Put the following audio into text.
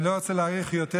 אני לא רוצה להאריך יותר,